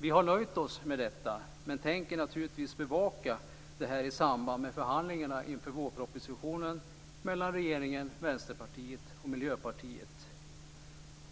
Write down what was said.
Vi har nöjt oss med detta, men tänker naturligtvis bevaka det i samband med förhandlingarna inför vårpropositionen mellan regeringen, Vänsterpartiet och Miljöpartiet.